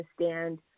understand